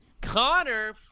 Connor